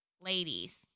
ladies